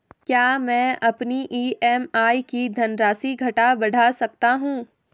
क्या मैं अपनी ई.एम.आई की धनराशि घटा बढ़ा सकता हूँ?